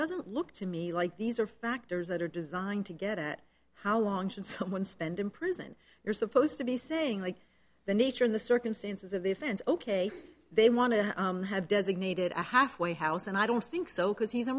doesn't look to me like these are factors that are designed to get at how long should someone spend in prison you're supposed to be saying like the nature of the circumstances of the offense ok they want to have designated a halfway house and i don't think so because he's a